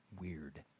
weird